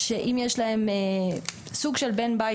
שאם יש להם סוג של בן בית,